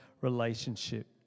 relationship